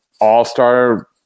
all-star